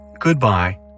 Goodbye